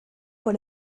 por